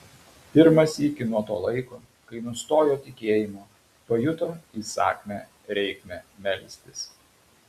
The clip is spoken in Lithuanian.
pirmą sykį nuo to laiko kai nustojo tikėjimo pajuto įsakmią reikmę melstis